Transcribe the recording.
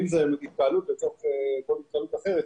אם זו התקהלות כמו כל התקהלות אחרת,